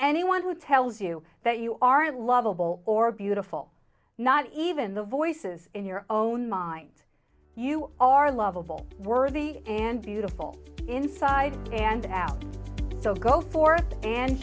anyone who tells you that you aren't lovable or beautiful not even the voices in your own mind you are lovable worthy and beautiful inside and out so go for it and